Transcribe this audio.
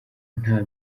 nta